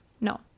no